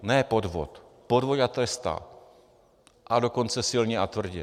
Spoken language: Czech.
Ne podvod, podvod ať trestá, a dokonce silně a tvrdě.